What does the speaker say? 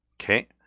Okay